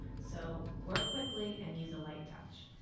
so work quickly and use a light touch.